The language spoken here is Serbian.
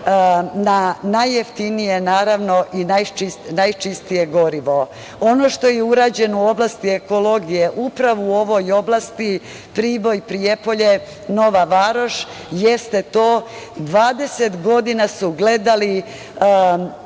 na najjeftinije, naravno, i najčistije gorivo. Ono što je urađeno u oblasti ekologije upravo u ovoj oblasti Priboj, Prijepolje, Nova Varoš jeste to. Dvadeset godina su gledali